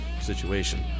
situation